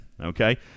okay